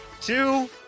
two